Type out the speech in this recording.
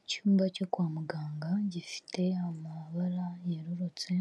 Icyumba cyo kwa muganga gifite amabara yerurutse,